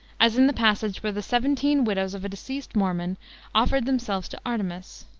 as in the passage where the seventeen widows of a deceased mormon offered themselves to artemus.